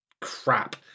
crap